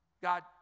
god